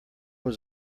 was